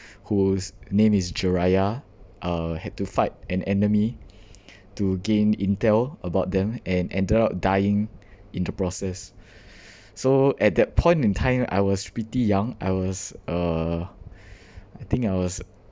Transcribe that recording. whose name is jiraiya uh had to fight an enemy to gain intel about them and ended up dying in the process so at that point in time I was pretty young I was uh I think I was